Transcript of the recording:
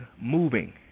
moving